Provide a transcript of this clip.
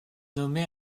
nommé